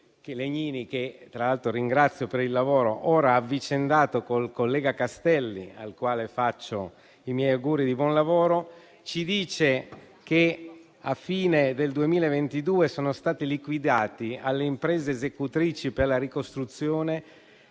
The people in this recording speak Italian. Legnini, che tra l'altro ringrazio per il lavoro, ora avvicendatosi con il collega Castelli, al quale faccio i miei auguri di buon lavoro, ci dice che a fine 2022 sono stati liquidati alle imprese esecutrici per la ricostruzione,